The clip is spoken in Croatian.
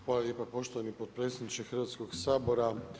Hvala lijepa poštovani potpredsjedniče Hrvatskog sabora.